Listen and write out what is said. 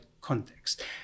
context